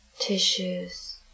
tissues